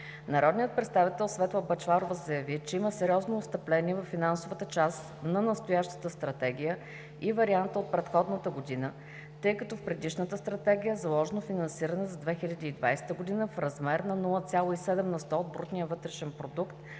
Народният представител Светла Бъчварова заяви, че има сериозно отстъпление във финансовата част на настоящата Стратегия и варианта от предходната година, тъй като в предишната Стратегия е заложено финансиране за 2020 г. в размер 0,7 на сто от брутния вътрешен продукт,